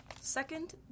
Second